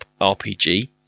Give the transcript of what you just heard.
RPG